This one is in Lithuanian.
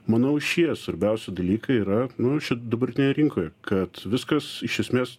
manau šie svarbiausi dalykai yra nu ši dabartinėje rinkoje kad viskas iš esmės